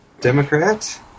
democrat